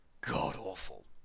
god-awful